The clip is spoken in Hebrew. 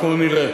אנחנו נראה